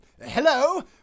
Hello